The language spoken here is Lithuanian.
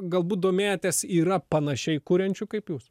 galbūt domėjotės yra panašiai kuriančių kaip jūs